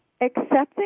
Accepting